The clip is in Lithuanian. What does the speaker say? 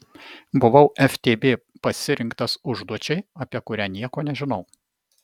buvau ftb pasirinktas užduočiai apie kurią nieko nežinau